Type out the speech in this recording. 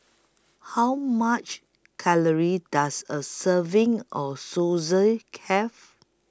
How much Calories Does A Serving of Have